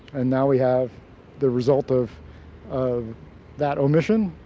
and now we have the result of of that omission.